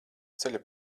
ceļa